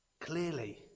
Clearly